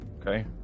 Okay